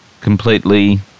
completely